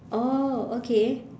oh okay